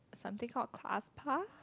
something called Class Pass